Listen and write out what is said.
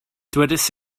dywedais